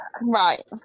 Right